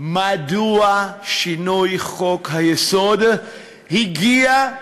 מדוע שינוי חוק-היסוד הגיע?